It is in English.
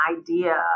idea